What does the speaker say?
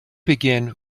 begin